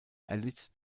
erlitt